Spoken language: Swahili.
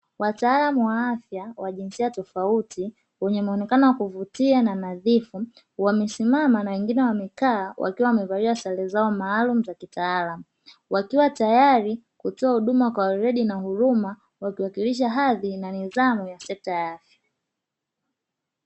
Wataalamu wa afya wa jinsia tofauti wenye muonekano wa kuvutia na nadhifu wamesimama na wengine wamekaa wakiwa wamevalia sare zao maalumu za kitaalamu, wakiwa tayari kutoa huduma kwa weledi na huruma wakiwakilisha hadhi na nidhamu ya sekta ya afya.